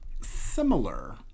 similar